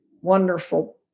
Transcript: wonderful